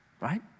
Right